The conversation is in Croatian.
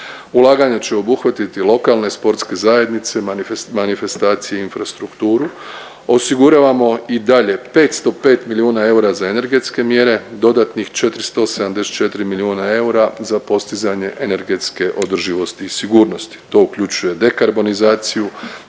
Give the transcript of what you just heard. Ulaganja će obuhvatiti lokalne sportske zajednice, manifestacije i infrastrukturu. Osiguravamo i dalje 505 milijuna eura za energetske mjere, dodatnih 474 milijuna eura za postizanje energetske održivosti i sigurnosti, to uključuje dekarbonizaciju,